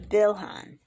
Bilhan